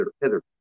hither